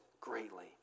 greatly